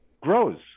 grows